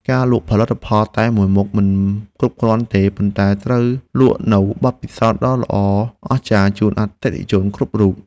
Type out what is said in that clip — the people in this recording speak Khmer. ការលក់ផលិតផលតែមួយមុខមិនគ្រប់គ្រាន់ទេ ប៉ុន្តែត្រូវលក់នូវបទពិសោធន៍ដ៏ល្អអស្ចារ្យជូនដល់អតិថិជនគ្រប់រូប។